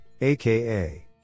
aka